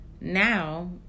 Now